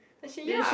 then she ya